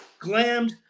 Glammed